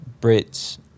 Brit's